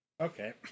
Okay